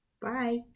Bye